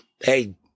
Hey